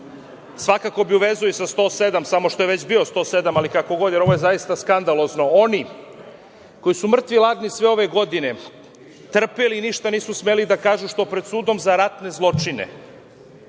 svakako bi i u vezi sa članom 107, samo što je već bio 107, ali kako god, jer ovo je zaista skandalozno. Oni koji su mrtvi ladni sve ove godine trpeli i ništa nisu smeli da kažu što pred sudom za ratne zločine